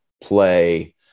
play